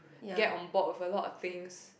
get on board with a lot of things